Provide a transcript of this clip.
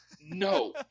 No